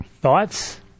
thoughts